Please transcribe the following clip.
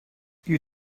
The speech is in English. you